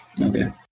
Okay